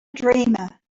dreamer